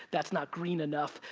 that's not green enough,